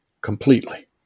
completely